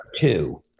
two